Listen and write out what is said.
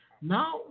Now